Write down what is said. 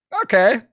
okay